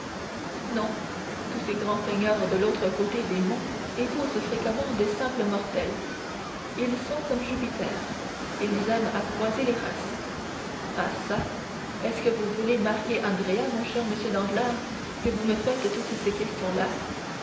non tous ces grands seigneurs de l'autre côté des monts épousent fréquemment de simples mortelles ils sont comme jupiter ils aiment à croiser les races ah çà est-ce que vous voulez marier andrea mon cher monsieur danglars que vous me faites toutes ces questions-là